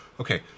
okay